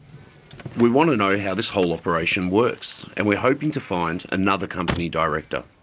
we want to know how this whole operation works and we're hoping to find another company director.